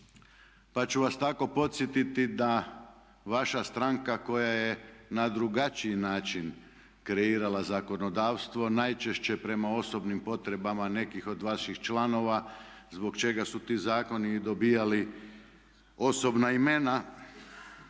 Pa ću vas tako podsjetiti da vaša stranka koja je na drugačiji način kreirala zakonodavstvo najčešće prema osobnim potrebama nekih od vaših članova zbog čega su ti zakoni i dobivali osobna imena.